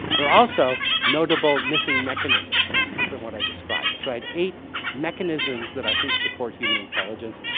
there are also notable missing mechanisms from what i described. so i had eight mechanisms that i think support human intelligence.